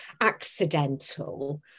accidental